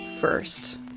first